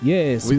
Yes